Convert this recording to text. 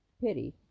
pity